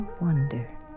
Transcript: wonder